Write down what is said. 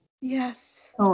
Yes